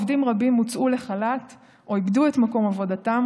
עובדים רבים הוצאו לחל"ת או איבדו את מקום עבודתם,